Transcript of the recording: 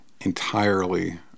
entirely